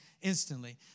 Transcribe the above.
instantly